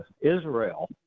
Israel –